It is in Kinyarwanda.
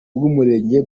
bw’umurenge